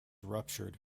ruptured